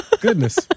goodness